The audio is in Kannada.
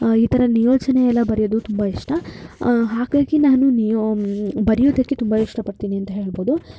ಈ ಥರ ನಿಯೋಜನೆ ಎಲ್ಲ ಬರೆಯೋದು ತುಂಬ ಇಷ್ಟ ಹಾಗಾಗಿ ನಾನು ನಿಯೋ ಬರೆಯೋದಕ್ಕೆ ತುಂಬ ಇಷ್ಟಪಡ್ತೀನಿ ಅಂತ ಹೇಳ್ಬೌದು